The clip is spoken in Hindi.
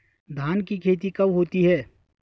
धान की खेती कब होती है?